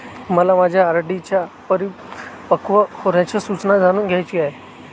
मला माझ्या आर.डी च्या परिपक्व होण्याच्या सूचना जाणून घ्यायच्या आहेत